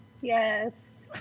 yes